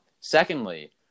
Secondly